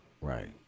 Right